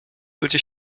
ludzie